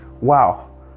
Wow